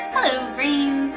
hello brains!